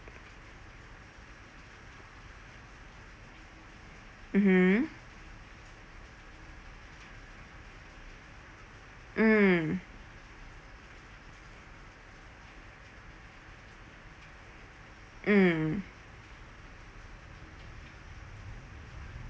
mmhmm mm mm